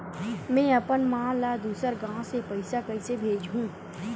में अपन मा ला दुसर गांव से पईसा कइसे भेजहु?